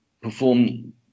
perform